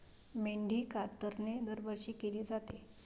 मेंढी कातरणे दरवर्षी केली जाते